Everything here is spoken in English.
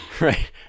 right